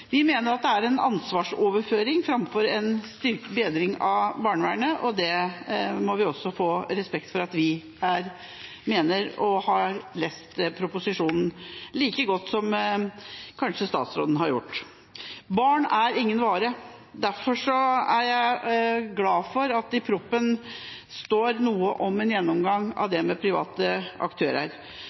Vi mener det er en ansvarsoverføring framfor en bedring av barnevernet, og det må man også ha respekt for at vi mener, og vi har lest proposisjonen like godt som kanskje statsråden har gjort. Barn er ingen vare. Derfor er jeg glad for at det i proposisjonen står noe om en gjennomgang av bruken av private aktører.